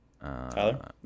Tyler